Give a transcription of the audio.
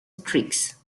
streaks